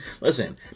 listen